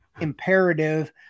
imperative